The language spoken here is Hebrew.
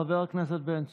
חבר הכנסת בן צור.